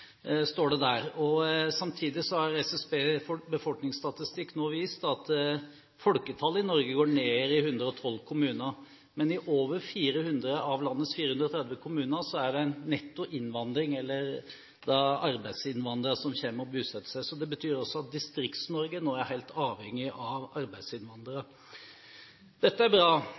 står det der. Samtidig har SSBs befolkningsstatistikk vist at folketallet i Norge går ned i 112 kommuner. Men i over 400 av landets 430 kommuner er det en netto innvandring, eller arbeidsinnvandrere som kommer og bosetter seg. Det betyr også at Distrikts-Norge er helt avhengig av arbeidsinnvandrere. Det er bra.